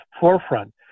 forefront